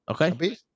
Okay